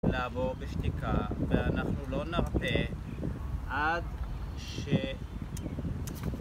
לעבור בשתיקה ואנחנו לא נרפה עד ש...